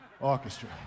Orchestra